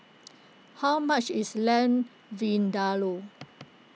how much is Lamb Vindaloo